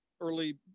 early